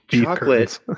chocolate